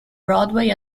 broadway